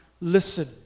listen